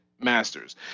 masters